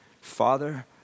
Father